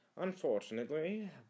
Unfortunately